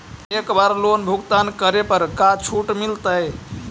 एक बार लोन भुगतान करे पर का छुट मिल तइ?